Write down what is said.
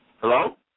Hello